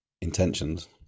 intentions